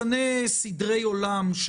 משנה סדרי עולם,